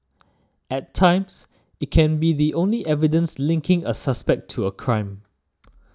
at times it can be the only evidence linking a suspect to a crime